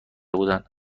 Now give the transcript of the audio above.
بودن